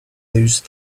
those